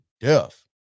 death